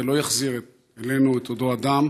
זה לא יחזיר אלינו את אותו אדם,